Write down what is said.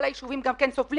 כל הישובים גם כן סובלים.